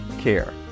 Care